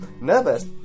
Nervous